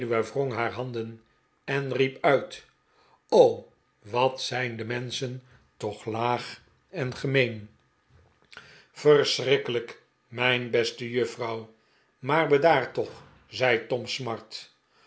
wrong haar handen en riep uit wat zijn de menschen toch laag en gem een verschrikkelijk mijn beste juffrouw maar bedaar toch zei tom smart